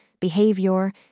behavior